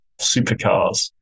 supercars